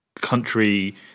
Country